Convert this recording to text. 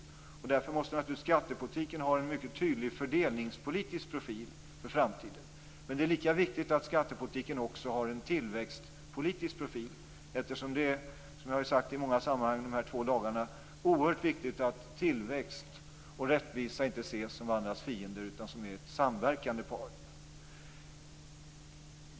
Därför måste naturligtvis skattepolitiken ha en mycket tydlig fördelningspolitisk profil för framtiden. Men det är lika viktigt att skattepolitiken också har en tillväxtpolitisk profil eftersom det är oerhört viktigt - som jag har sagt i många sammanhang de här två dagarna - att tillväxt och rättvisa inte ses som varandras fiender utan som ett samverkande par.